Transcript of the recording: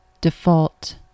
default